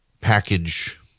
package